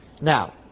Now